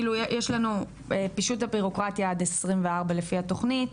יש לנו פשוט את הבירוקרטיה עד שנת 2024 לפי התוכנית,